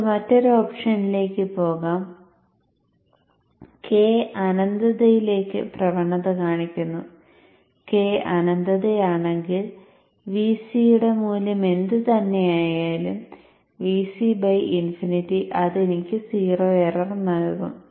നമുക്ക് മറ്റൊരു ഓപ്ഷനിലേക്ക് പോകാം k അനന്തതയിലേക്ക് പ്രവണത കാണിക്കുന്നു k അനന്തതയാണെങ്കിൽ Vc യുടെ മൂല്യം എന്തുതന്നെ ആയാലും Vc ഇൻഫിനിറ്റി അത് എനിക്ക് 0 എറർ നൽകും